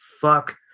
fuck